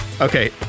Okay